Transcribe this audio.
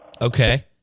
Okay